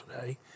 today